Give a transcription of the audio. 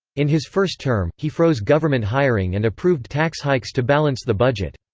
in his first term, he froze government hiring and approved tax hikes to balance the budget.